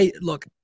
Look